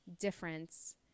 difference